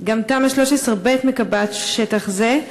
גם תמ"א 13/ב מקבעת שטח זה.